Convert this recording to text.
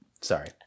sorry